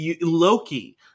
Loki